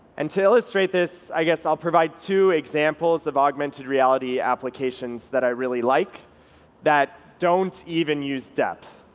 and to illustrate this, i guess i'll provide two examples of augmented reality applications that i really like that don't even use depth.